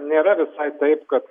nėra visai taip kad